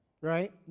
right